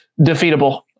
defeatable